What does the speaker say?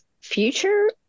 future